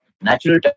natural